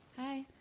Hi